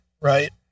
Right